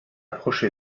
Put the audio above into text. approche